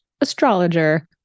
astrologer